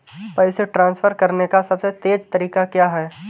पैसे ट्रांसफर करने का सबसे तेज़ तरीका क्या है?